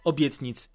Obietnic